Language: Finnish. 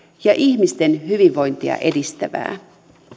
ja ihmisten hyvinvointia edistävää